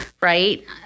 right